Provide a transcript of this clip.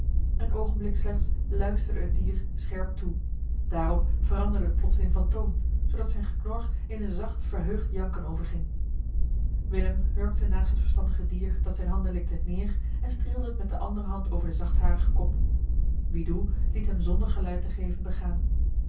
een oogenblik slechts luisterde het dier scherp toe daarop veranderde het plotseling van toon zoodat zijn geknor in een zacht verheugd janken overging willem hurkte naast het verstandige dier dat zijne handen likte neer en streelde het met de andere hand over den zachtharigen kop wiedu liet hem zonder geluid te geven begaan